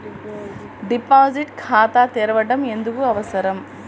Deposit ఖాతా తెరవడం ఎందుకు అవసరం?